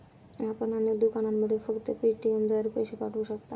आपण अनेक दुकानांमध्ये फक्त पेटीएमद्वारे पैसे पाठवू शकता